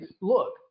Look